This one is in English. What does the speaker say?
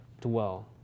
dwell